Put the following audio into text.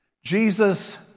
Jesus